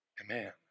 Amen